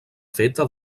feta